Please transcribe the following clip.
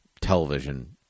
television